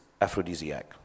aphrodisiac